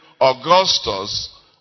Augustus